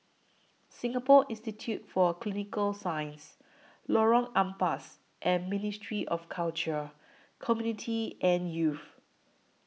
Singapore Institute For Clinical Sciences Lorong Ampas and Ministry of Culture Community and Youth